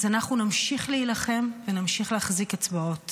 אז אנחנו נמשיך להילחם ונמשיך להחזיק אצבעות